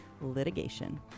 litigation